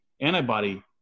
antibody